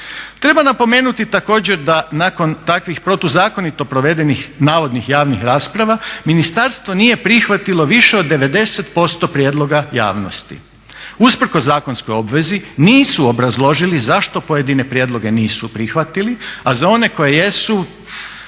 Treba napomenuti također da nakon takvih protuzakonito provedenih navodnih javnih rasprava, ministarstvo nije prihvatilo više od 90% prijedloga javnosti. Usprkos zakonskoj obvezi nisu obrazložili zašto pojedine prijedloge nisu prihvatili a za one koji jesu